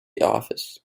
office